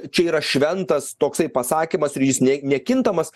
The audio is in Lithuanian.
čia yra šventas toksai pasakymas ir jis ne nekintamas